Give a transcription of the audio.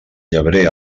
llebrer